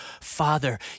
father